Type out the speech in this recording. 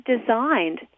designed